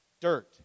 dirt